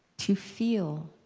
to feel.